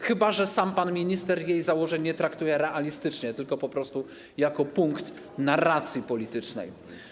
Chyba że sam pan minister jej założeń nie traktuje realistycznie, tylko po prostu jako punkt narracji politycznej.